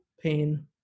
pain